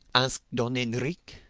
asked don enrique.